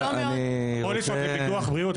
פוליסת ביטוח בריאות,